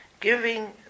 Giving